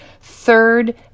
Third